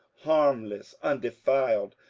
harmless, undefiled,